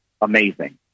amazing